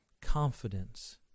confidence